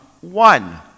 one